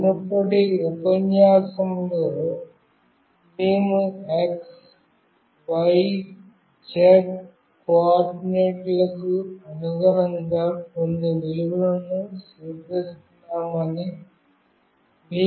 మునుపటి ఉపన్యాసంలో మేము x y z కోఆర్డినేట్లకు అనుగుణంగా కొన్ని విలువలను స్వీకరిస్తున్నామని మీకు చూపించాము